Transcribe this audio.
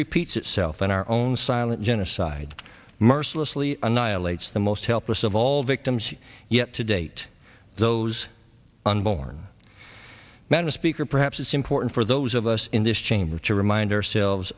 repeats itself in our own silent genocide mercilessly annihilates the most helpless of all victims yet to date those unborn man a speaker perhaps it's important for those of us in this chamber to remind ourselves